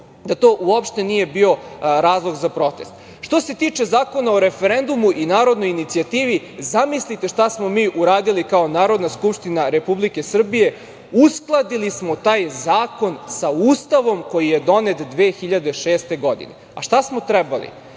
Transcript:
da to uopšte nije bio razlog za protest. Što se tiče Zakona o referendumu i narodnoj inicijativi, zamislite šta smo mi uradili kao Narodna skupština Republike Srbije, uskladili smo taj zakon sa Ustavom koji je donet 2006. godine. A šta smo trebali?